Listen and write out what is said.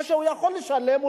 או שהוא יכול לשלם.